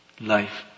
Life